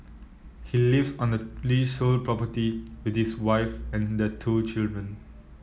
he lives on the leasehold property with his wife and their two children